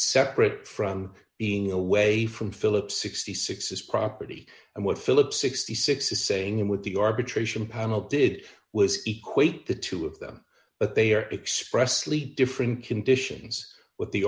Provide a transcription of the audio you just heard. separate from being away from philip sixty six is property and what phillip sixty six is saying in with the arbitration panel did was equate the two of them but they are expressly different conditions what the